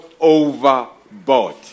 overboard